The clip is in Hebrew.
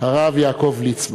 הרב יעקב ליצמן.